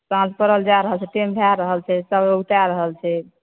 साँझ परल जा रहल छै सभ टाइम भए रहल छै सभ औगता रहल छै